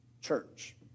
church